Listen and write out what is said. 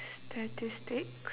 statistics